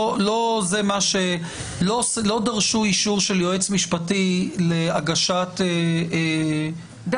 לא דרשו אישור של יועץ משפטי להגשת כתב